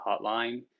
hotline